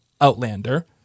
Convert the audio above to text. Outlander